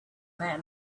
man